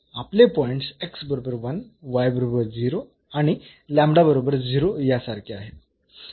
आपले पॉईंट्स बरोबर 1 बरोबर आणि बरोबर 0 यासारखे आहेत